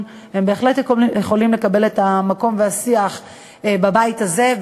בהחלט יכולים לקבל את המקום ואת השיח בבית הזה,